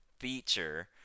feature